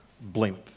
Blimp